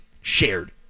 shared